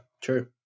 true